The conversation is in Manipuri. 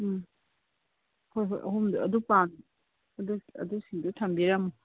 ꯎꯝ ꯍꯣꯏ ꯍꯣꯏ ꯑꯍꯨꯝꯗꯣ ꯑꯗꯨ ꯄꯥꯝꯃꯦ ꯑꯗꯨ ꯑꯗꯨꯒꯤꯁꯤꯡꯗꯣ ꯊꯝꯕꯤꯔꯝꯃꯣ